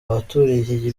abaturiye